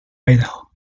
idaho